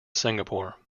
singapore